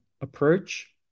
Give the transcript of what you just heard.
approach